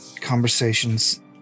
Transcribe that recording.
conversations